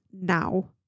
now